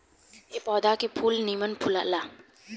ए पौधा के फूल निमन फुलाला